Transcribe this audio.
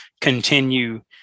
continue